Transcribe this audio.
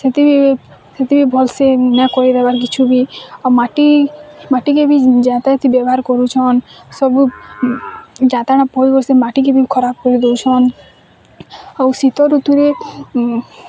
ସେତେ ସେତେ ଭଲ୍ ସେ ନାଁ କରିପାରନ୍ କିଛୁ ବି ଆର ମାଟି ମାଟି କେ ବି ଯାନ୍ତା କି ବ୍ୟବହାର୍ କରୁଛନ୍ ସବୁ ଜାନ୍ତାଣ ଫଳିବ ସେ ମାଟି କି ବି ଖରାପ୍ କରିଦଉଛନ୍ ଆଉ ଶୀତଋତୁରେ